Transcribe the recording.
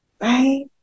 right